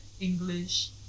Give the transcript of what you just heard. English